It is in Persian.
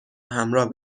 همراه